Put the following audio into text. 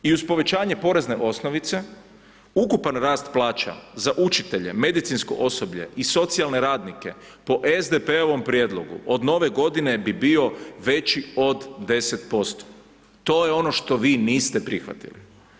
I uz povećanje porezne osnovice ukupan rast plaća za učitelje, medicinsko osoblje i socijalne radnike po SDP-ovom prijedlogu od nove godine bi bio veći od 10%, to je ono što vi niste prihvatili.